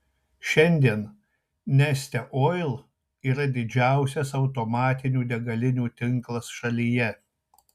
šiandien neste oil yra didžiausias automatinių degalinių tinklas šalyje